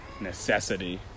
necessity